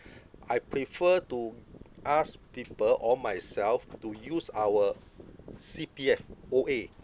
I prefer to ask people or myself to use our C_P_F O_A